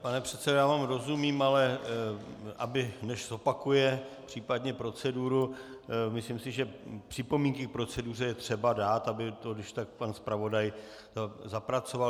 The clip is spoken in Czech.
Pane předsedo, já vám rozumím, ale aby než zopakuje případně proceduru, myslím si, že připomínky k proceduře je třeba dát, aby to když tak pan zpravodaj zapracoval.